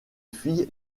fille